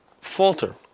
falter